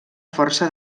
força